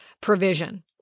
provision